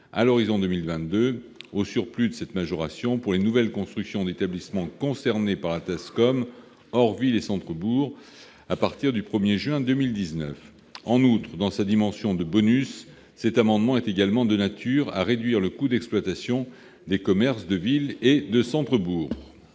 à l'horizon de 2022, au surplus de cette majoration, pour les nouvelles constructions d'établissements concernés par la TASCOM hors villes et centres-bourgs à partir du 1 juin 2019. En outre, dans sa dimension « bonus », cette mesure est de nature à réduire le coût d'exploitation des commerces de villes et de centres-bourgs.